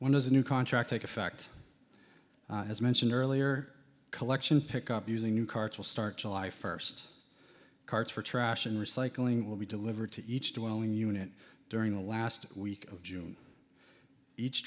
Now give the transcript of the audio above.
one of the new contract take effect as mentioned earlier collection pick up using new carts will start july first carts for trash and recycling will be delivered to each dwelling unit during the last week of june each